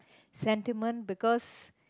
sentiment because